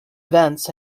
events